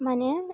ମାନେ